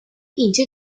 into